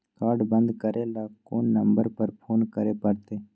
Card बन्द करे ल कोन नंबर पर फोन करे परतै?